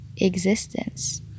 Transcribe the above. existence